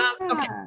okay